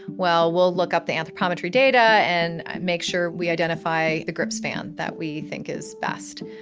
well, we'll look up the anthropometry data and make sure we identify the grip span that we think is best,